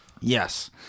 Yes